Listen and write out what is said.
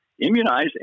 immunize